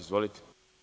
Izvolite.